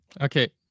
Okay